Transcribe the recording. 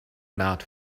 not